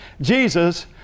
Jesus